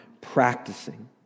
practicing